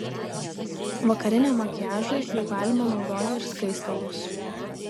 vakariniam makiažui jau galima naudoti ir skaistalus